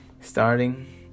starting